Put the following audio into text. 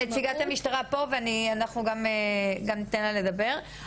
נציגת המשטרה פה ואנחנו גם ניתן לה לדבר,